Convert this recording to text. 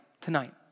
tonight